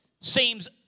seems